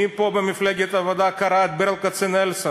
מי פה במפלגת העבודה קרא את ברל כצנלסון?